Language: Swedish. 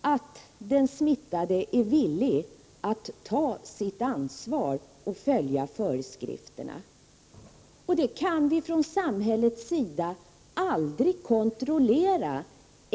att den smittade är villig att ta sitt ansvar och att följa föreskrifterna. Det kan vi från samhällets sida aldrig kontrollera.